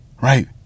Right